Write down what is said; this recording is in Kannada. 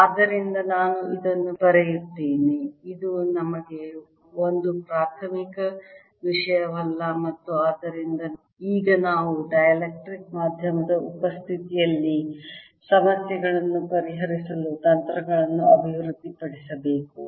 ಆದ್ದರಿಂದ ನಾನು ಇದನ್ನು ಬರೆಯುತ್ತೇನೆ ಇದು ನಮಗೆ ಒಂದು ಪ್ರಾಥಮಿಕ ವಿಷಯವಲ್ಲ ಮತ್ತು ಆದ್ದರಿಂದ ಈಗ ನಾವು ಡೈಎಲೆಕ್ಟ್ರಿಕ್ ಮಾಧ್ಯಮದ ಉಪಸ್ಥಿತಿಯಲ್ಲಿ ಸಮಸ್ಯೆಗಳನ್ನು ಪರಿಹರಿಸಲು ತಂತ್ರಗಳನ್ನು ಅಭಿವೃದ್ಧಿಪಡಿಸಬೇಕು